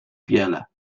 wiele